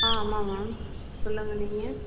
ஆ ஆமாம் மேம் சொல்லுங்க நீங்கள்